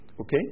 Okay